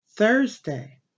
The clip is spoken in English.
Thursday